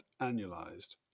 annualized